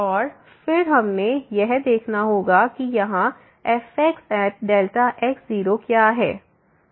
और फिर हमें यह देखना होगा कि यहाँ fxx0 क्या है